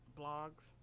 blogs